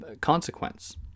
consequence